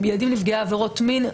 הם ילדים נפגעי עבירות מין.